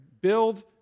build